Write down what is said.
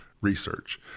research